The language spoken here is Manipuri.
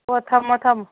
ꯍꯣꯏ ꯊꯝꯃꯣ ꯊꯝꯃꯣ